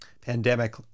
pandemic